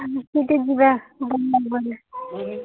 ସେଠି ଯିବା ବୃନ୍ଦାବନ